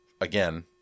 again